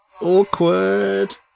Awkward